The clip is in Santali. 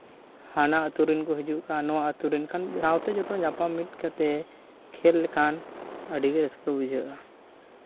ᱦᱟᱱᱟ ᱟᱹᱛᱩ ᱨᱮᱱ ᱠᱚ ᱦᱤᱡᱩᱜ ᱠᱷᱟᱱ ᱱᱚᱣᱟ ᱟᱹᱛᱩ ᱨᱮᱱ ᱠᱷᱟᱱ ᱢᱤᱫ ᱫᱷᱟᱣ ᱛᱮ ᱡᱚᱛᱚ ᱧᱟᱯᱟᱢ ᱢᱤᱫ ᱠᱟᱛᱮᱫ ᱠᱷᱮ ᱞ ᱞᱮᱠᱷᱟᱱ ᱟᱹᱰᱤᱜᱮ ᱨᱟᱹᱥᱠᱟᱹ ᱵᱩᱡᱷᱟᱹᱜᱼᱟ